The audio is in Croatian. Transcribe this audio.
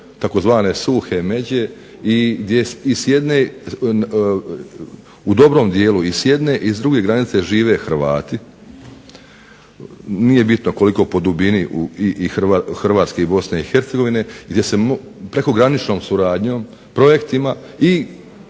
i gdje s jedne u dobrom dijelu i s jedne i druge granice žive Hrvati, nije bitno koliko po dubini Hrvatske i Bosne i Hercegovine, gdje se prekograničnom suradnjom i projektima